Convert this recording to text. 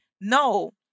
No